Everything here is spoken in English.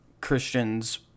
Christians